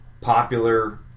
popular